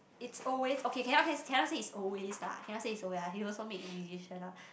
it's always okay cann~ cannot say it's always lah cannot say it's always he also make decision lah